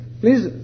please